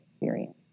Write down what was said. experience